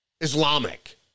Islamic